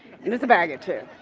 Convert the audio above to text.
and it's baggy too.